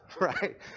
right